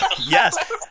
Yes